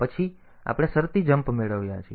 પછી આપણે શરતી જમ્પ મેળવ્યા છે